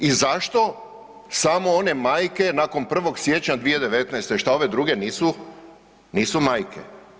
I zašto samo one majke nakon 1. siječnja 2019.? šta ove druge nisu majke?